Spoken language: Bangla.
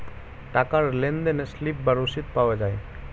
টাকার লেনদেনে স্লিপ বা রসিদ পাওয়া যায়